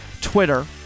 Twitter